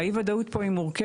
האי וודאות פה היא מורכבת,